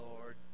Lord